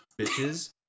bitches